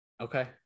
okay